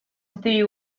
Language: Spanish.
stevie